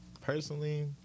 Personally